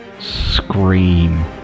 scream